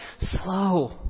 slow